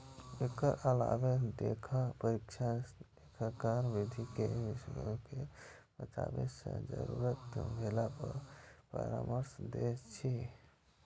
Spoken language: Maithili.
एकर अलावे लेखा परीक्षक लेखांकन विधि मे विसंगति कें बताबै छै, जरूरत भेला पर परामर्श दै छै